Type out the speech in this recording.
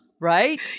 Right